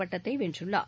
பட்டத்தை வென்றள்ளார்